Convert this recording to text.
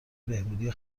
بهبودی